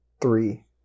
three